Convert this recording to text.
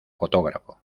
fotógrafo